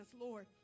Lord